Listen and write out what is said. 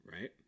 Right